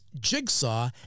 Jigsaw